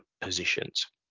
positions